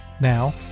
Now